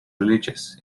religious